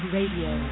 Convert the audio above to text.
Radio